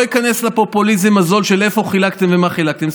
לא איכנס לפופוליזם הזול של איפה חילקתם ומה חילקתם,